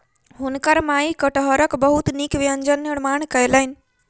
हुनकर माई कटहरक बहुत नीक व्यंजन निर्माण कयलैन